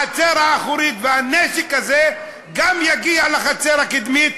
החצר האחורית והנשק הזה יגיעו גם לחצר הקדמית,